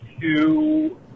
two